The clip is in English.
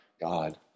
God